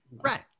Right